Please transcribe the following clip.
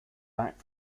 back